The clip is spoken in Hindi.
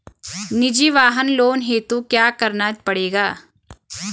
निजी वाहन लोन हेतु क्या करना पड़ेगा?